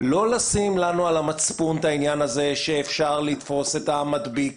לא לשים לנו על המצפון את העניין הזה שאפשר לתפוס את המדביק